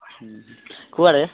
ହୁଁ କୁଆଡ଼େ